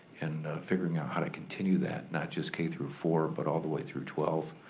and figuring out how to continue that, not just k through four but all the way through twelve,